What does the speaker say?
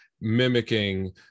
mimicking